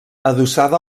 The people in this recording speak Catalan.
adossada